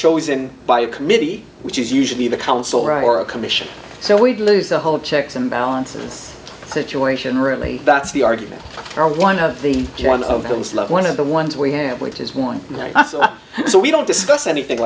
chosen by a committee which is usually the council right or a commission so we'd lose the whole checks and balances situation really that's the argument or one of the one of those left one of the ones we have which is one so we don't